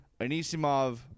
Anisimov